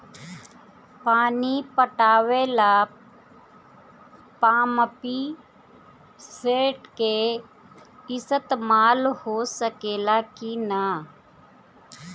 पानी पटावे ल पामपी सेट के ईसतमाल हो सकेला कि ना?